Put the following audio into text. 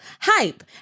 Hype